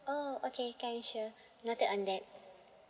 oh okay can sure noted on that